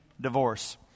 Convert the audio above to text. divorce